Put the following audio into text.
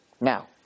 Now